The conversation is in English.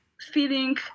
feeling